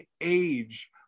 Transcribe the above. age